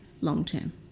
long-term